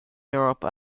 europe